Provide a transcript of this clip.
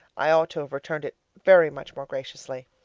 i ought to have returned it very much more graciously.